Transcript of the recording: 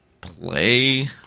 play